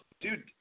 dude